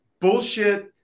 bullshit